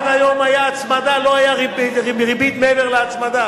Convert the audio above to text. עד היום היתה הצמדה, לא היתה ריבית מעבר להצמדה.